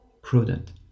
prudent